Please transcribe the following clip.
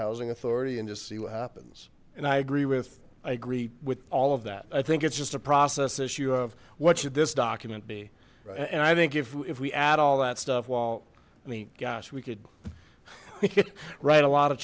housing authority and just see what happens and i agree with i agree with all of that i think it's just a process issue of what should this document be and i think if we add all that stuff while i mean gosh we could write a lot of